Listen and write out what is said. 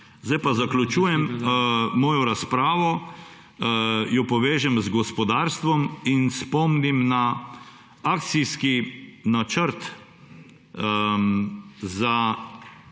Zdaj pa zaključujem svojo razpravo, jo povežem z gospodarstvom in spomnim na akcijski načrt za